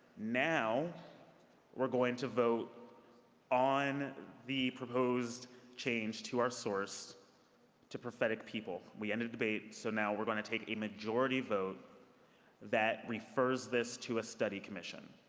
now we're going vote on the proposed change to our source to prophetic people. we ended debate, so now we're going to take a majority vote that refers this to a study commission.